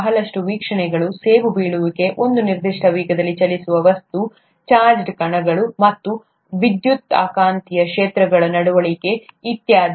ಬಹಳಷ್ಟು ವೀಕ್ಷಣೆಗಳು ಸೇಬು ಬೀಳುವಿಕೆ ಒಂದು ನಿರ್ದಿಷ್ಟ ವೇಗದಲ್ಲಿ ಚಲಿಸುವ ವಸ್ತು ಚಾರ್ಜ್ಡ್ ಕಣಗಳು ಮತ್ತು ವಿದ್ಯುತ್ಕಾಂತೀಯ ಕ್ಷೇತ್ರಗಳ ನಡವಳಿಕೆ ಇತ್ಯಾದಿ